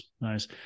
Nice